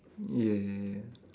ya ya ya